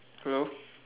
hello